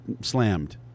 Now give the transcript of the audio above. slammed